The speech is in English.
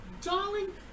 Darling